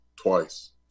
twice